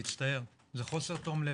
מצטער, זה חוסר תום לב.